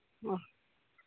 ᱚ